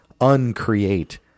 uncreate